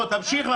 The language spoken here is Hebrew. תמשיך.